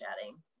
chatting